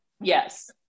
Yes